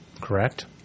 correct